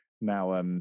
now